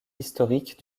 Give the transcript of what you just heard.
historique